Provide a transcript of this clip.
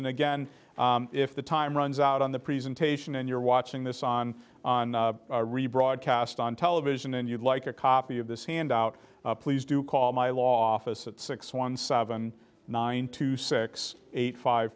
and again if the time runs out on the presentation and you're watching this on rebroadcast on television and you'd like a copy of this handout please do call my law facade six one seven nine two six eight five